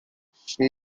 she